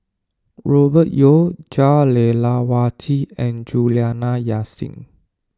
Robert Yeo Jah Lelawati and Juliana Yasin